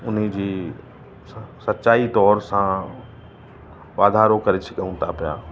उन जी सचाई तौर सां वाधारो करे सघूं था पिया